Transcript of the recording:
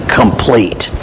complete